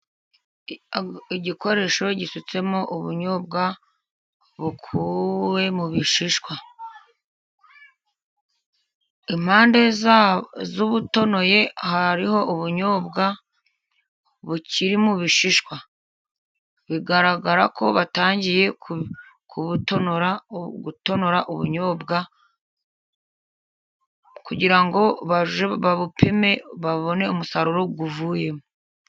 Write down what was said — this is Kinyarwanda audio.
Igikoresho gisutsemo ubunyobwa bukuwe mu bishishwa, impande z'ubutonoye hariho ubunyobwa bukiri mu bishishwa, bigaragara ko batangiye gutonora ubunyobwa, kugira ngo babupime babone umusaruro uvuyemo.